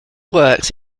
works